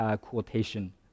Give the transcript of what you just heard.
quotation